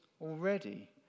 already